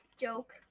Joke